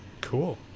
Cool